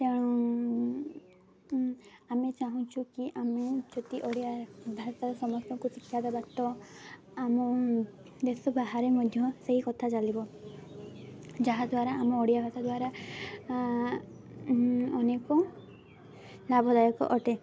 ତେଣୁ ଆମେ ଚାହୁଁଛୁ କି ଆମେ ଯଦି ଓଡ଼ିଆ ଭାଷା ସମସ୍ତଙ୍କୁ ଶିକ୍ଷା ଦେବା ତ ଆମ ଦେଶ ବାହାରେ ମଧ୍ୟ ସେହି କଥା ଚାଲିବ ଯାହାଦ୍ୱାରା ଆମ ଓଡ଼ିଆ ଭାଷା ଦ୍ୱାରା ଅନେକ ଲାଭଦାୟକ ଅଟେ